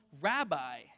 rabbi